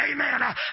amen